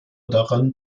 daran